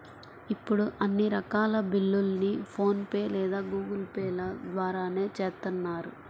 ఇప్పుడు అన్ని రకాల బిల్లుల్ని ఫోన్ పే లేదా గూగుల్ పే ల ద్వారానే చేత్తన్నారు